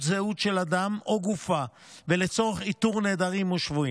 זהות של אדם או גופה ולצורך איתור נעדרים או שבויים),